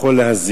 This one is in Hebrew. יכול להזיק.